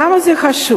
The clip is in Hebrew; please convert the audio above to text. למה זה חשוב?